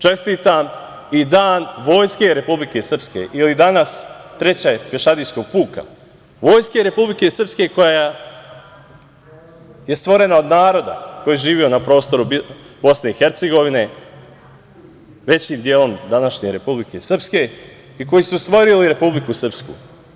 Čestitam i Dan vojske Republike Srpske ili danas Trećeg pešadijskog puka, vojske Republike Srpske koja je stvorena od naroda koji je živeo na prostoru BiH, većim delom današnje Republike Srpske i koji su stvorili Republiku Srpsku.